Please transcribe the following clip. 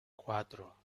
cuatro